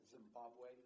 Zimbabwe